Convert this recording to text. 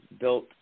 built